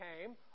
came